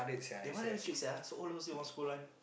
eh why damn strict sia so old also you want scold one